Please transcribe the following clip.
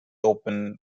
open